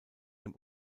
dem